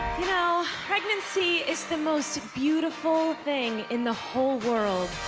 know, pregnancy is the most beautiful thing in the whole world.